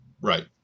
Right